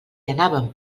anàvem